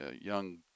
young